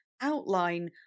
outline